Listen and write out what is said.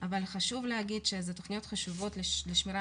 אבל חשוב להגיד שזה תכניות חשובות לשמירה